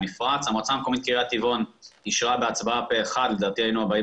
המועצה המקומית קריית טבעון אישרה בהצבעה פה אחד לדעתי היינו הבאים